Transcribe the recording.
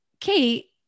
Kate